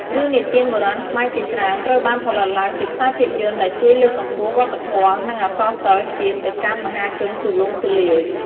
រឿងនិទានបុរាណខ្មែរជាច្រើនត្រូវបានផលិតឡើងជាខ្សែភាពយន្ត ដែលជួយលើកកម្ពស់វប្បធម៌ និងអក្សរសិល្ប៍ជាតិទៅកាន់មហាជនទូលំទូលាយ។